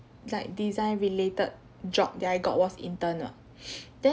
like design related job that I got was intern ah then